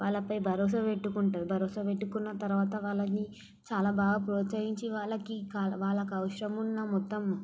వాళ్ళపై భరోసా పెట్టుకుంటుంది భరోసా పెట్టుకున్న తర్వాత వాళ్ళని చాలా బాగా ప్రోత్సహించి వాళ్ళకి వాళ్ళ అవసరమున్న మొత్తము